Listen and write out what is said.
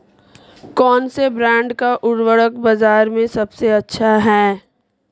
कौनसे ब्रांड का उर्वरक बाज़ार में सबसे अच्छा हैं?